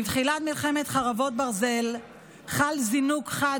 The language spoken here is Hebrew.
עם תחילת מלחמת חרבות ברזל חל זינוק חד